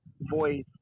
voice